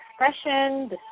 expression